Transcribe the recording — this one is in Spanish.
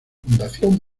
fundación